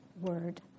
word